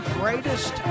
greatest